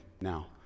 now